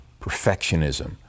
perfectionism